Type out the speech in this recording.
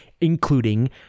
including